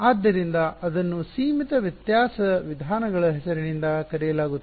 ಆದ್ದರಿಂದ ಅದನ್ನು ಸೀಮಿತ ವ್ಯತ್ಯಾಸ ವಿಧಾನಗಳ ಹೆಸರಿನಿಂದ ಕರೆಯಲಾಗುತ್ತದೆ